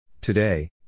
Today